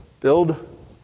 Build